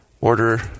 Order